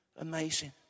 Amazing